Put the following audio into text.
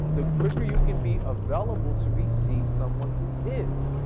the quicker you can be available to receive someone who is.